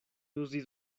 uzis